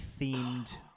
themed